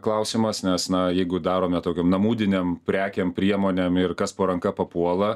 klausimas nes na jeigu darome tokiom namūdinėm prekėm priemonėm ir kas po ranka papuola